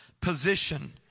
position